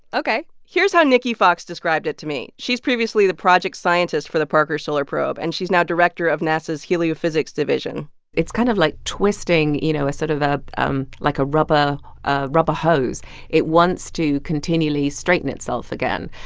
ok here's how nicky fox described it to me. she's previously the project scientist for the parker solar probe, and she's now director of nasa's heliophysics division it's kind of like twisting, you know, a sort of the um like a rubber hose it wants to continually straighten itself again.